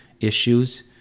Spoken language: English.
issues